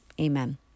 amen